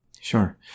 Sure